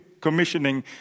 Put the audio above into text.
commissioning